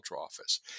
office